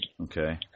Okay